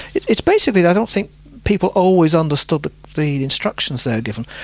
it's it's basically i don't think people always understood the the instructions they were given,